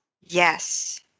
Yes